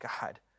God